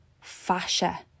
Fascia